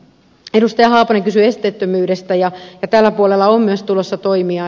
edustaja haapanen kysyi esteettömyydestä ja tällä puolella on myös tulossa toimia